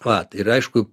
vat ir aišku